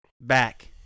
back